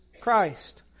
Christ